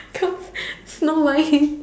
become Snow White